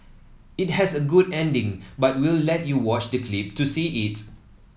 it has a good ending but we'll let you watch the clip to see it